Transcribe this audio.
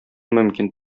мөмкин